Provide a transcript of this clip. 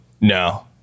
no